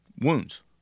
wounds